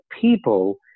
people